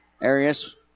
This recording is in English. Arias